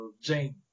Jane